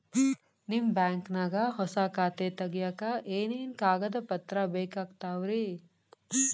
ನಿಮ್ಮ ಬ್ಯಾಂಕ್ ನ್ಯಾಗ್ ಹೊಸಾ ಖಾತೆ ತಗ್ಯಾಕ್ ಏನೇನು ಕಾಗದ ಪತ್ರ ಬೇಕಾಗ್ತಾವ್ರಿ?